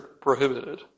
prohibited